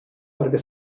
perquè